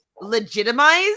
legitimize